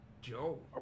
Joe